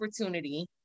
opportunity